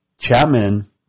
Chapman